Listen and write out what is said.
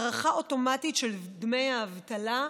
הארכה אוטומטית של דמי האבטלה.